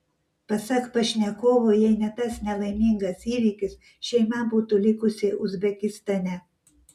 pasak pašnekovo jei ne tas nelaimingas įvykis šeima būtų likusi uzbekistane